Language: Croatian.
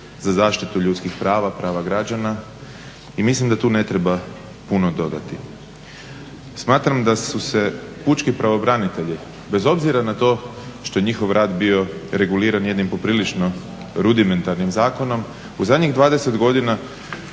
za zaštitu ljudskih prava, prava građana i mislim da tu ne treba puno dodati. Smatram da su se pučki pravobranitelji bez obzira na to što je njihov rad bio reguliran jednim poprilično rudimentarnim zakonom u zadnjih 20 godina